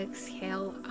Exhale